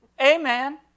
Amen